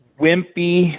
wimpy